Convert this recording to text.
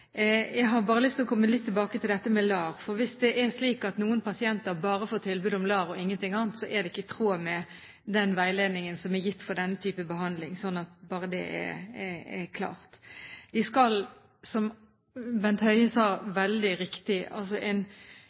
Jeg har bare lyst til å komme litt tilbake til dette med LAR. For hvis det er slik at noen pasienter bare får tilbud om LAR og ingenting annet, er det ikke i tråd med den veiledningen som er gitt for denne type behandling – bare så det er klart. Som Bent Høie veldig riktig sa: En